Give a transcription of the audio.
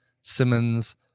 Simmons